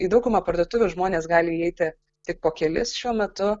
į daugumą parduotuvių žmonės gali įeiti tik po kelis šiuo metu